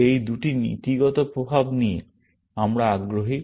এই দুটি নীতিগত প্রভাব নিয়ে আমরা আগ্রহী